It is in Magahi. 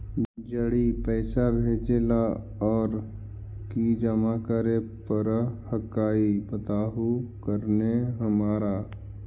जड़ी पैसा भेजे ला और की जमा करे पर हक्काई बताहु करने हमारा?